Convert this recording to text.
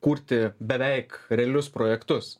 kurti beveik realius projektus